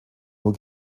nur